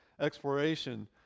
exploration